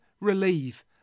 relieve